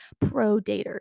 pro-daters